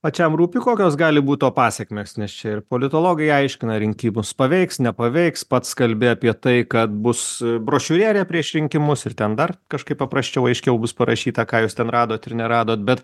pačiam rūpi kokios gali būt to pasekmes nes čia ir politologai aiškina rinkimus paveiks nepaveiks pats kalbi apie tai kad bus brošiūrėlė prieš rinkimus ir ten dar kažkaip paprasčiau aiškiau bus parašyta ką jūs ten radot ir neradot bet